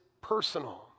personal